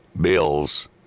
Bills